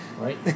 Right